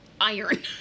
iron